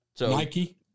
Nike